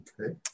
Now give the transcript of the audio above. okay